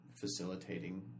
facilitating